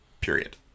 period